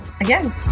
again